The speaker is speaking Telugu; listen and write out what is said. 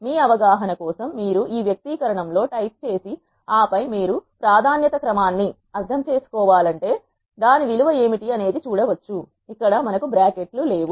మీ అవగాహన కోసం మీరు ఈ వ్యక్తీకరణంలో టైప్ చేసి ఆపై మీరు ప్రాధాన్యత క్రమాన్ని అర్థం చేసుకోవాలంటే దాని విలువ ఏమిటి అనేది చూడవచ్చు ఇక్కడ మనకు బ్రాకెట్ లు లేవు